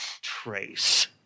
Trace